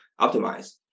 optimize